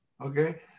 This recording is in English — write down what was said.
Okay